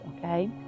Okay